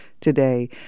today